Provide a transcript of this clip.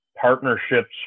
partnerships